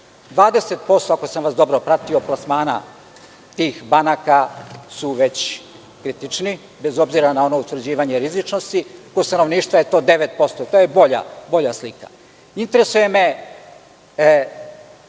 sam vas dobro pratio, 20% plasmana tih banaka su već kritični, bez obzira na ono utvrđivanje rizičnosti, kod stanovništva je to 9%, to je bolja slika. Interesuje me,